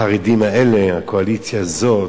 החרדים האלה, הקואליציה הזאת,